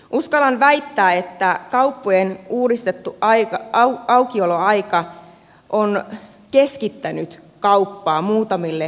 uskallan väittää että kauppojen uudistettu aukioloaika on keskittänyt kauppaa muutamille kauppaketjuille